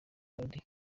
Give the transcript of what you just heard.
melodie